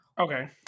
Okay